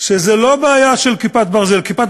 שזאת לא בעיה של "כיפת ברזל" "כיפת